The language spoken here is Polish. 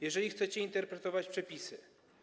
Jeżeli chcecie interpretować przepisy.